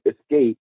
escape